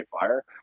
fire